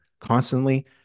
constantly